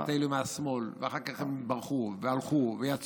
את אלו מהשמאל, ואחר כך הם ברחו והלכו ויצאו,